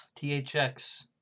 THX